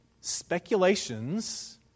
speculations